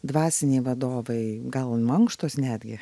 dvasiniai vadovai gal mankštos netgi